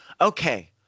Okay